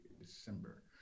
December